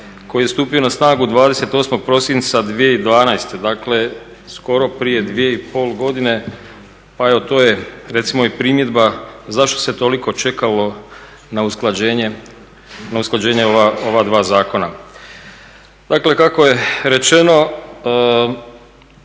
koji je stupio na snagu 28. prosinca 2012. dakle skoro prije 2,5 godine. Pa evo to je recimo i primjedba zašto se toliko čekalo na usklađenje ova dva zakona. Dakle kako je rečeno